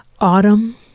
Autumn